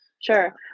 Sure